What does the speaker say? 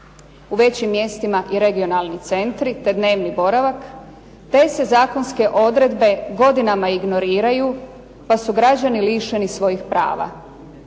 u većim mjestima i regionalni centri, te dnevni boravak, te se zakonske odredbe godinama ignoriraju pa su građani lišeni svojih prava.